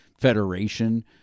federation